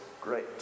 great